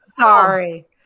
sorry